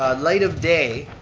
light of day,